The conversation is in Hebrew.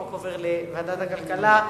החוק עובר לוועדת הכלכלה.